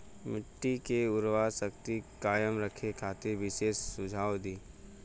मिट्टी के उर्वरा शक्ति कायम रखे खातिर विशेष सुझाव दी?